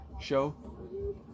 show